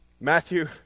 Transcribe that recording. Matthew